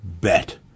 bet